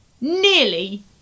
nearly